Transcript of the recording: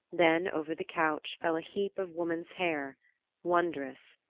then over the couch fell a heap of woman's hair wondrous,